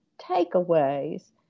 takeaways